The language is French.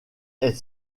est